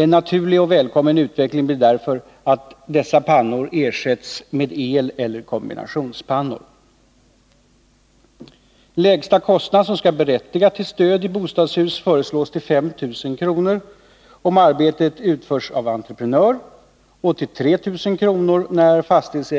En naturlig och välkommen utveckling blir därför att dessa pannor ersätts med eleller kombinationspannor.